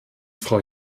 frau